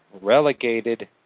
relegated